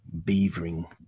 beavering